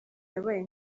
yabaye